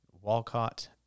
Walcott